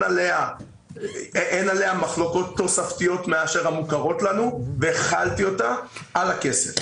עליה מחלוקות תוספתיות מאשר אלו המוכרות לנו והחלתי אותה על הכסף.